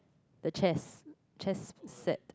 the chess chess set